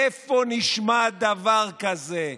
איפה נשמע דבר כזה?